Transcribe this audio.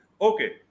okay